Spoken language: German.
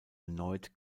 erneut